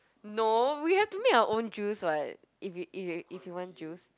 no we have to make our own juice [what] if we if we if we want juice